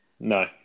No